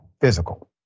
physical